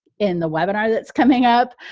in the webinar that's coming up,